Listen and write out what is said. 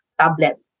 tablet